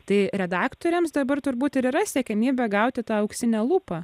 tai redaktoriams dabar turbūt ir yra siekiamybė gauti tą auksinę lupą